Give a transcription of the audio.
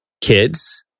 kids